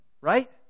Right